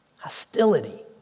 Hostility